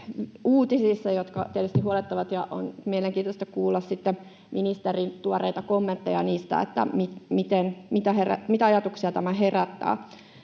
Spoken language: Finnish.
uutisissa, jotka tietysti huolettavat, ja on mielenkiintoista kuulla ministerin tuoreita kommentteja niistä: mitä ajatuksia nämä herättävät?